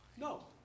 no